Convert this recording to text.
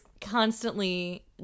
constantly